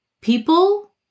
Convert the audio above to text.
people